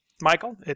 Michael